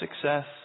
success